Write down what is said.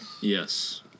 Yes